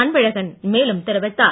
அன்பழகன் மேலும் தெரிவித்தார்